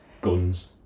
Guns